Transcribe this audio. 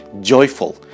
joyful